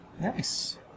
Nice